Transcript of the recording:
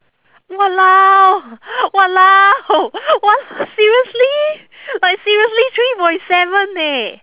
!walao! !walao! !wal~! seriously like seriously three point seven eh